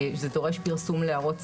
זה דורש פרסום להערות ציבור.